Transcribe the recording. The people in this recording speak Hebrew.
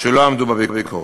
שלא עמדו בביקורת.